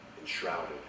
enshrouded